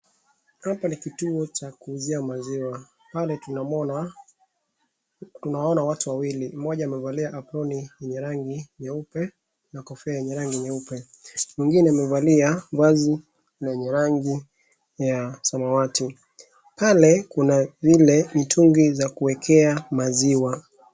Hapa ni kituo cha kuuzia maziwa. Pale tunaona watu wawili. Mmoja amevalia aproni yenye rangi nyeupe na kofia yenye rangi nyeupe. Mwingine amevalia vazi lenye rangi ya samawati. Pale kuna vile mitungi za kuekea maziwa.